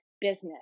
business